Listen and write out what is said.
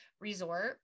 resort